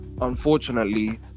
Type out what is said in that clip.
unfortunately